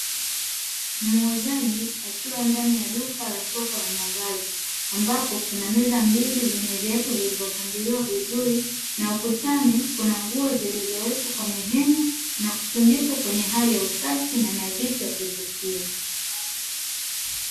Muuzaji akiwa ndani ya duka la soko la mavazi ambapo kuna meza mbili zenye viatu vilivyopangiliwa vizuri, na ukutani kuna nguo zimewekwa kwenye heng'a na kutundikwa kwa hali ya unadhifu na kuvutia.